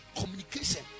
Communication